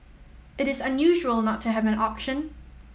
it is unusual not to have an auction